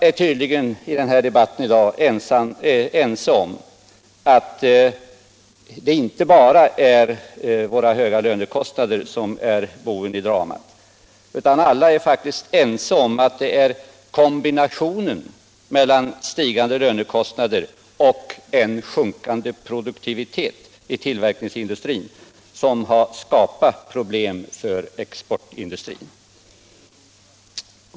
I debatten i dag är tydligen alla ense om att det inte bara är våra höga lönekostnader som är boven i dramat, utan att det är kombinationen av stigande lönekostnader och en sjunkande produktivitet i tillverkningsindustrin som har skapat problem för exportindustrin.